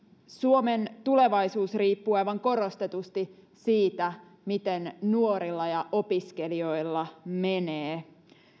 suomen tulevaisuus riippuu aivan korostetusti siitä miten nuorilla ja opiskelijoilla menee